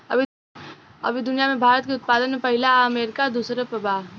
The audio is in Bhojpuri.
अभी दुनिया में भारत दूध के उत्पादन में पहिला आ अमरीका दूसर पर बा